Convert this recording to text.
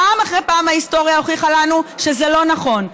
פעם אחרי פעם ההיסטוריה הוכיחה לנו שזה לא נכון.